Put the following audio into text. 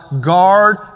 Guard